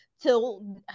till